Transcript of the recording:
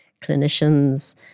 clinicians